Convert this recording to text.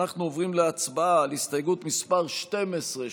אנחנו עוברים להצבעה על הסתייגות מס' 12,